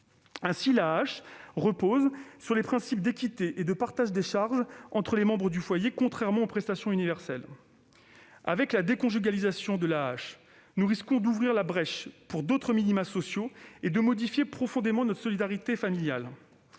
Ainsi, l'AAH repose sur les principes d'équité et de partage des charges entre les membres du foyer, contrairement aux prestations universelles. Avec la déconjugalisation de l'AAH, nous risquons d'ouvrir la brèche pour d'autres minima sociaux et de modifier profondément notre solidarité familiale.